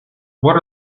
what